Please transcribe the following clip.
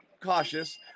cautious